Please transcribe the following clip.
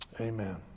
Amen